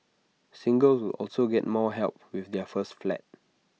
singles also get more help with their first flat